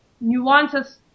nuances